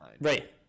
Right